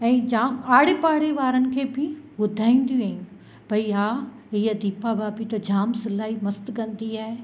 ऐं जाम आड़े पाड़े वारनि खे बि ॿुधाईंदियूं आहिनि भई हा हीअ दीपा भाभी त जाम सिलाई मस्तु कंदी आहे